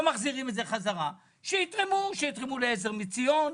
מחזירים את זה חזרה שיתרמו ל"עזר מציון",